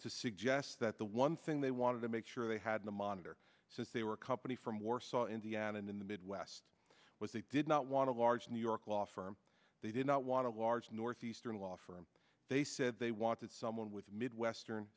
to suggest that the one thing they wanted to make sure they had the monitor since they were company from warsaw indiana and in the midwest which they did not want to a large new york law firm they did not want a large northeastern law firm they said they wanted someone with midwestern